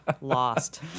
lost